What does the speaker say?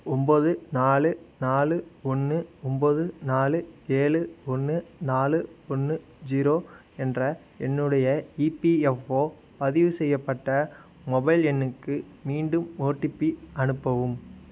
ஒம்பது நாலு நாலு ஒன்று ஒம்பது நாலு ஏழு ஒன்று நாலு ஒன்று ஜீரோ என்ற என்னுடைய இபிஎஃப்ஓ பதிவு செய்யப்பட்ட மொபைல் எண்ணுக்கு மீண்டும் ஓடிபி அனுப்பவும்